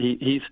hes